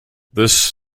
this